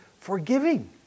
forgiving